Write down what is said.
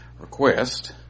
request